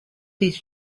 his